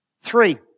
three